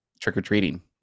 trick-or-treating